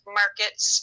markets